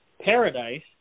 paradise